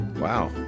Wow